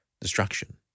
destruction